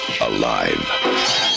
alive